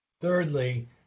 Thirdly